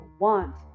want